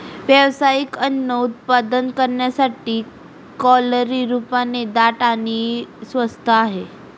व्यावसायिक अन्न उत्पादन करण्यासाठी, कॅलरी रूपाने दाट आणि स्वस्त आहे